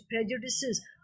prejudices